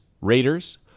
Raiders